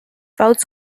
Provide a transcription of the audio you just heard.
votes